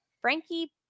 frankie